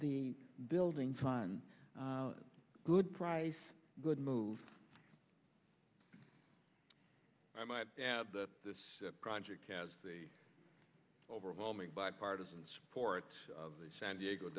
the building fund good price good move i might add that this project has the overwhelming bipartisan support of the san diego